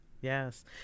Yes